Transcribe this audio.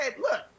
look